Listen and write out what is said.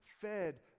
fed